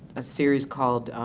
a series called,